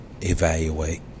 evaluate